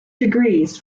degrees